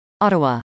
Ottawa